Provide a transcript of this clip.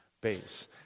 base